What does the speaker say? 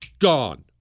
Gone